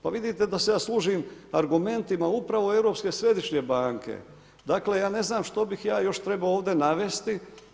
Pa vidite da se ja služim argumentima upravo Europske središnje banke, dakle, ja ne znam, što bih ja još trebao ovdje navesti.